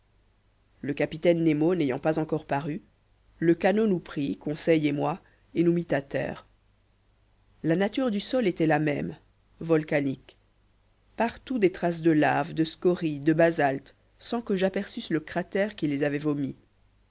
le capitaine nemo n'ayant pas encore paru le canot nous prit conseil et moi et nous mit à terre la nature du sol était la même volcanique partout des traces de laves de scories de basaltes sans que j'aperçusse le cratère qui les avait vomis